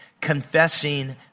confessing